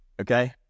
okay